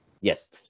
Yes